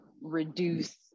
reduce